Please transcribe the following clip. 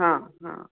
हां हां